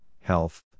health